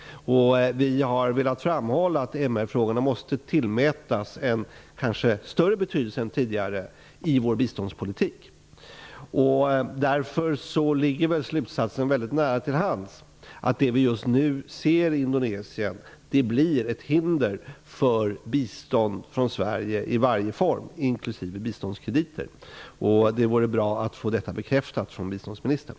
Vi har velat framhålla att MR-frågorna måste tillmätas en större betydelse än tidigare i biståndspolitiken. Därför ligger slutsatsen nära till hands, att det som just nu händer i Indonesien blir ett hinder för bistånd i varje form från Sverige, inklusive biståndskrediter. Det vore bra att få detta bekräftat av biståndsministern.